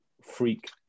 freak